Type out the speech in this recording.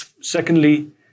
Secondly